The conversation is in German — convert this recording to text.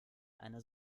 eine